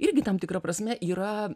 irgi tam tikra prasme yra